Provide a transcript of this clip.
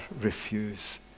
refuse